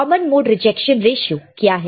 common mode rejection ratio क्या है